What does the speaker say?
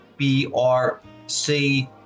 BRC